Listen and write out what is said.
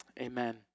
Amen